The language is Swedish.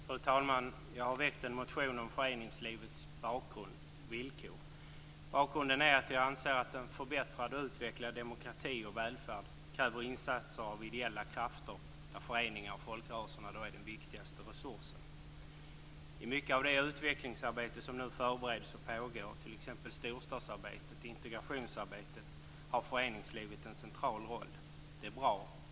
Fru talman! Jag har väckt en motion om föreningslivets villkor. Bakgrunden är att jag anser att en förbättrad och utvecklad demokrati och välfärd kräver insatser av ideella krafter där föreningar och folkrörelser är den viktigaste resursen. I mycket av det utvecklingsarbete som nu förbereds och pågår - t.ex. arbetet med storstäderna och integrationsarbetet - har föreningslivet en central roll. Det är bra.